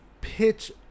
pitch